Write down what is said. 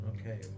Okay